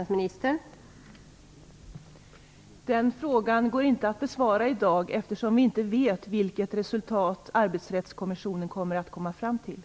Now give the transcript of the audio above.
Fru talman! Den frågan går inte att besvara i dag, eftersom vi inte vet vilket resultat Arbetsrättskommissionen kommer att komma fram till.